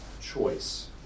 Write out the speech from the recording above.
choice